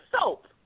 soap